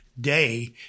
day